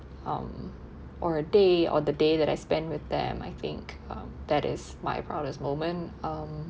um or a day or the day that I spend with them I think um that is my proudest moment um